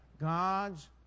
God's